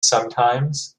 sometimes